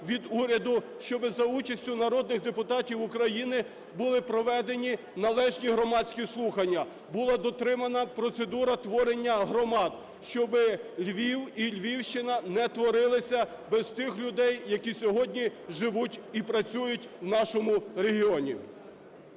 від уряду, щоби за участю народних депутатів України були проведені належні громадські слухання, була дотримана процедура творення громад, щоби Львів і Львівщина не творилися без тих людей, які сьогодні живуть і працюють в нашому регіоні.